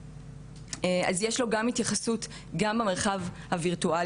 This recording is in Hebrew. כן צריך לתת את הדעת גם בהקשר הזה בהצעת חוק הזו,